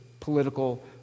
Political